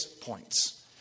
points